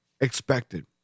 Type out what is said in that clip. expected